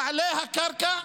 בעלי הקרקע,